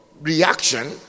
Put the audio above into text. reaction